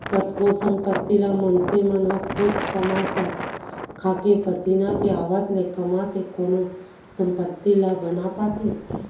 कतको संपत्ति ल मनसे मन ह खुद कमा खाके पसीना के आवत ले कमा के कोनो संपत्ति ला बना पाथे